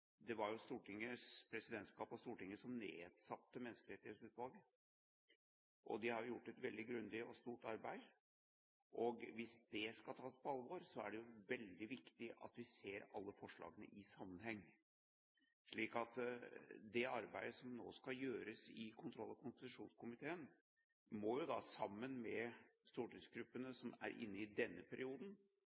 det var jo Stortingets presidentskap og Stortinget som nedsatte Menneskerettighetsutvalget. De har gjort et veldig grundig og stort arbeid. Hvis det skal tas på alvor, er det veldig viktig at vi ser alle forslagene i sammenheng. Så det arbeidet som nå skal gjøres i kontroll- og konstitusjonskomiteen, da sammen med stortingsgruppene som er inne i denne perioden,